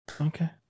Okay